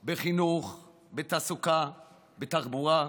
בחינוך, בתעסוקה, בתחבורה.